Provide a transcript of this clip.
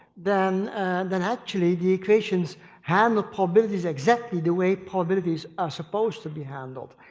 then then actually the equations handle probabilities exactly the way probabilities are supposed to be handled.